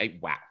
Wow